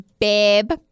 babe